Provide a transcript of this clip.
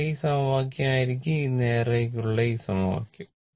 അതിനാൽ ഈ സമവാക്യം ആയിരിക്കും ഈ നേർരേഖയ്ക്കുള്ള ഈ സമവാക്യം